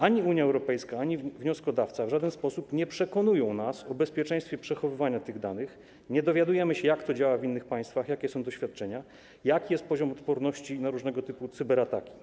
Ani Unia Europejska, ani wnioskodawca w żaden sposób nie przekonują nas o bezpieczeństwie przechowywania tych danych, nie dowiadujemy się, jak to działa w innych państwach, jakie są doświadczenia, jaki jest tu poziom odporności na różnego typu cyberataki.